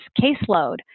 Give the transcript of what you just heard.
caseload